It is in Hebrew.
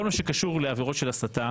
כל מה שקשור לעבירות של הסתה